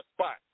spot